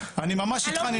אני ממש איתך.